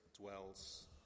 dwells